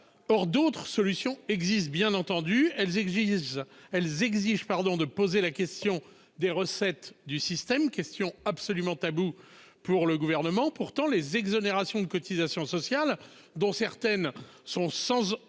Or, d'autres solutions existent bien entendu elles existent, elles exigent pardon de poser la question des recettes du système question absolument taboue pour le gouvernement. Pourtant les exonérations de cotisations sociales dont certaines sont sans aucun